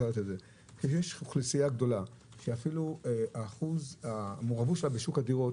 כאשר יש אוכלוסייה גדולה שהמעורבות שלה בשוק הדירות